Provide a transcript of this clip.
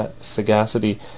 sagacity